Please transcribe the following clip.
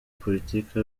politike